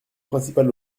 principal